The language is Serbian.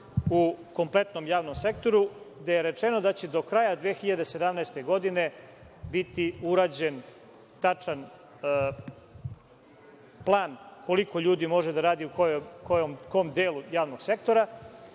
u kompletnom javnom sektoru, gde je rečeno da će do kraja 2017. godine biti urađen tačan plan koliko ljudi može da radi u kom delu javnog sektora,